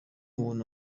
umuntu